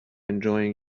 enjoying